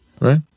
right